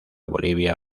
bolivia